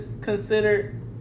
considered